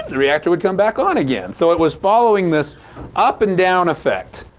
the reactor would come back on again! so it was following this up-and-down effect.